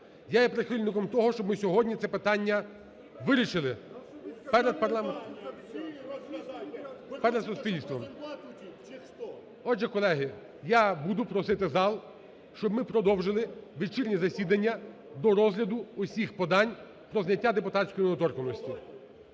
я є прихильником того, щоб ми сьогодні це питання вирішили перед… (Шум у залі) … перед суспільством. Отже, колеги, я буду просити зал, щоб ми продовжили вечірнє засідання до розгляду усіх подань про зняття депутатської недоторканності.